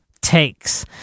takes